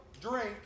drink